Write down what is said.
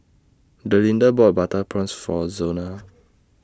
Delinda bought Butter Prawns For Zona